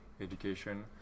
education